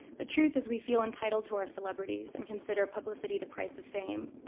the truth is we feel entitled to our celebrities and consider publicity the price of fame.